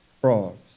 frogs